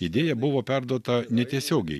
idėja buvo perduota netiesiogiai